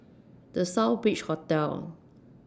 The Southbridge Hotel